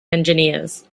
engineers